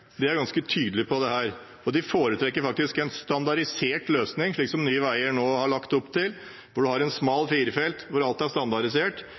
er ganske tydelige på dette, og de foretrekker faktisk en standardisert løsning, slik Nye Veier nå har lagt opp til, hvor man har en smal firefelts, hvor alt er standardisert,